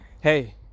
Hey